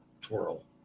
twirl